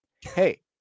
Hey